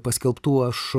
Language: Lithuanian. paskelbtų aš